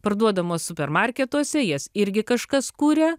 parduodamos supermarketuose jas irgi kažkas kuria